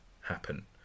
happen